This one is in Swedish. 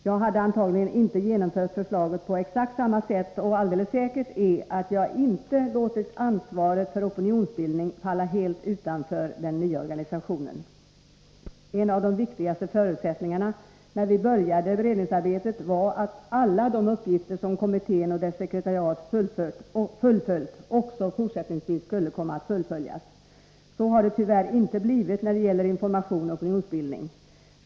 Jag hade antagligen inte genomfört förslaget på exakt samma sätt, och alldeles säkert är att jag inte låtit ansvaret för opinionsbildningen falla helt utanför den nya organisationen. En av de viktigaste förutsättningarna när vi började beredningsarbetet var att alla de uppgifter som kommittén och dess sekretariat hade ansvar för också fortsättningsvis skulle komma att fullföljas. Så har det tyvärr inte blivit när det gäller information och opinionsbildning.